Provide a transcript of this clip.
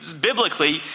biblically